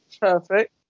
Perfect